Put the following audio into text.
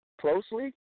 closely